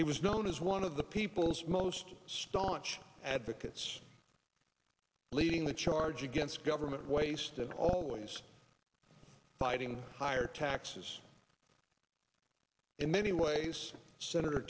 he was known as one of the people's most staunch advocates leading the charge against government waste and always fighting higher taxes in many ways senator